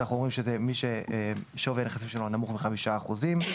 אנחנו אומרים שזה יהיה מי ששווי הנכסים שלו נמוך מ-5%; גופים